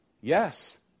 Yes